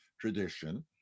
tradition